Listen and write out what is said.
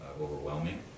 overwhelming